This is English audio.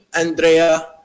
Andrea